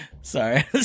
Sorry